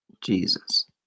Jesus